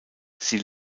sie